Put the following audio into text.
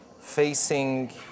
facing